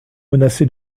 menacé